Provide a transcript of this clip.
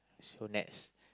so next